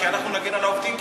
כי אנחנו נגן על העובדים,